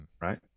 right